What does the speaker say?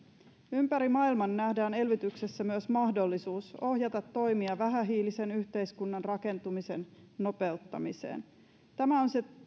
ympäri maailman nähdään elvytyksessä myös mahdollisuus ohjata toimia vähähiilisen yhteiskunnan rakentumisen nopeuttamiseen tämä on se